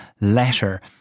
letter